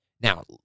Now